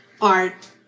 art